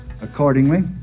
Accordingly